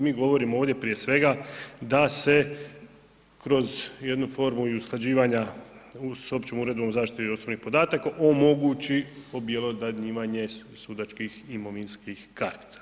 Mi govorimo ovdje prije svega da se kroz jednu formu usklađivanja s Općom uredbom o zaštiti osobnih podataka omogući objelodanjivanje sudačkih imovinskih kartica.